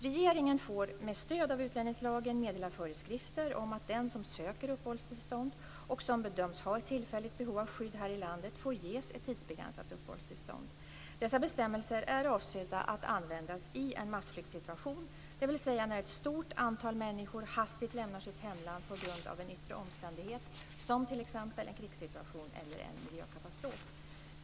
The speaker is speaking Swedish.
Regeringen får med stöd av utlänningslagen meddela föreskrifter om att den som söker uppehållstillstånd och som bedöms ha ett tillfälligt behov av skydd här i landet får ges ett tidsbegränsat uppehållstillstånd. Dessa bestämmelser är avsedda att användas i en massflyktsituation, dvs. när ett stort antal människor hastigt lämnar sitt hemland på grund av en yttre omständighet som t.ex. en krigssituation eller en miljökatastrof.